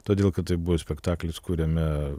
todėl kad tai buvo spektaklis kuriame